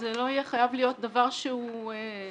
שזה לא יהיה חייב להיות דבר שהוא ייחודי,